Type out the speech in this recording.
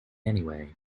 anyway